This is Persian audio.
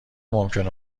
ممکنه